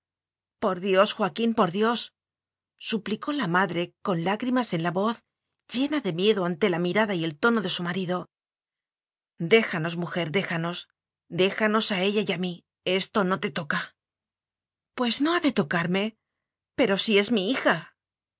por dios joaquín por diossuplicó la madre con lágrimas en la voz llena de miedo ante la mirada y el tono de su marido déjanos mujer déjanos déjanos a ella y a mí esto no te toca pues no ha de tocarme pero si es mi hija